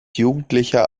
jugendlicher